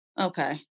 Okay